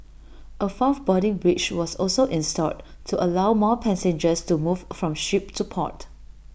A fourth boarding bridge was also installed to allow more passengers to move from ship to port